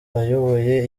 ayoboye